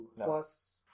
Plus